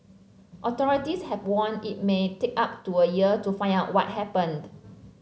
authorities have warned it may take up to a year to find out what happened